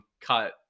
cut